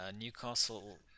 Newcastle